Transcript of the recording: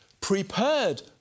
prepared